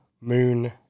Moon